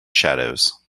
shadows